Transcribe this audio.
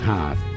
Heart